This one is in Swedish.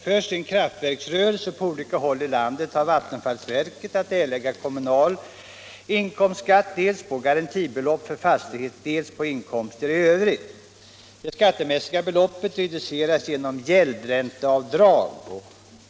För sin kraftverksrörelse på olika håll i landet har vattenfallsverket att erlägga kommunal inkomstskatt dels på garantibelopp för fastighet, dels på inkomster i övrigt. Det skattemässiga beloppet reduceras genom gäldränteavdrag.